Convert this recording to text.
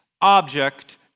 object